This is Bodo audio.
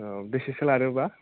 औ बेसेसो लागोनब्ला